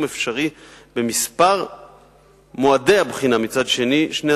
אפשרי במספר מועדי הבחינה מצד שני.